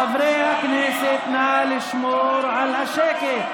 חברי הכנסת, נא לשמור על השקט.